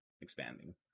expanding